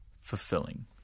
fulfilling